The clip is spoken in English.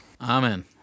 Amen